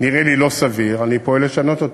נראה לי לא סביר, אני פועל לשנות אותו,